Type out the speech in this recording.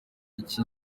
iki